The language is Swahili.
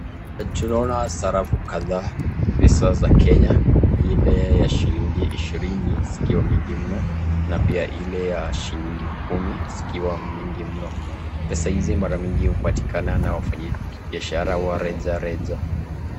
Tunaona sarafu kadhaa pesa za Kenya, ile ya shilingi ishirini zikiwa mingi mno na pia ile ya shilingi kumi zikiwa mingi mno, pesa hizi mara mingi hupatikana na wafanyi biashara wa reja reja.